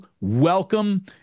welcome